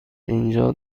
اینجا